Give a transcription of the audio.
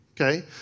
okay